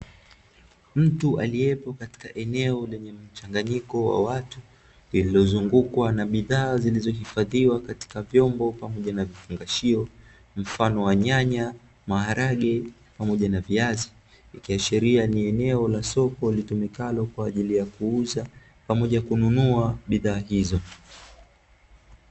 Mtu aliyeko katika eneo lenye mchanganyiko wa watu, lilozungukwa na bidhaa zilizohifadhiwa katika vyombo pamoja na vifungshio mfano wa: nyanya, maharage pamoja na viazi. Ikiashiria ni eneo la soko litumikalo kwa ajili ya kuuza pamoja na kununua bidhaa hizo.